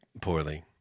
poorly